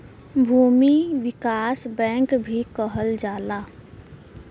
भूमि विकास बैंक भी कहल जाला